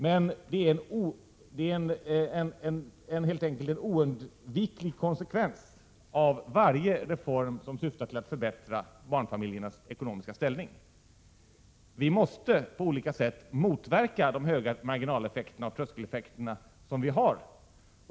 Men detta är helt enkelt en oundviklig konsekvens av varje reform som syftar till att förbättra barnfamiljernas ekonomiska ställning. Vi måste på olika sätt motverka de kraftiga marginaloch tröskeleffekterna.